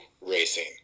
racing